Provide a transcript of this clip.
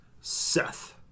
Seth